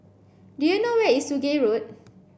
do you know where is Sungei Road